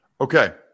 Okay